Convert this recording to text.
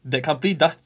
the company does